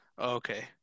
Okay